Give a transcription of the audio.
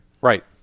Right